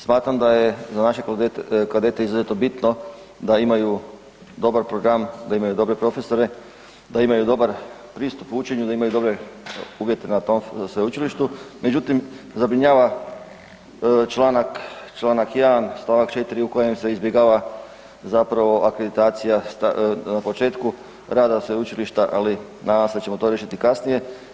Smatram da je za naše kadete izuzetno bitno da imaju dobar program, da imaju dobre profesore, da imaju dobar pristup učenju, da imaju dobre uvjete na tom sveučilištu, međutim zabrinjava Članak 1. stavak 4. i kojem se izbjegava zapravo akreditacija na početku rada sveučilišta, ali nadam se da ćemo to riješiti kasnije.